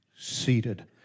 seated